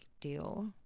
deal